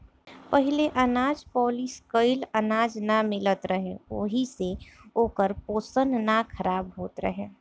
पहिले अनाज पॉलिश कइल अनाज ना मिलत रहे ओहि से ओकर पोषण ना खराब होत रहे